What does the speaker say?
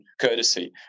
courtesy